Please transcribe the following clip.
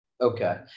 Okay